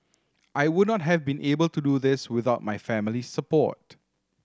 I would not have been able to do this without my family's support